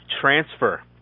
transfer